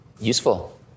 Useful